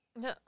No